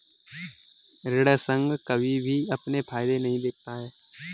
ऋण संघ कभी भी अपने फायदे नहीं देखता है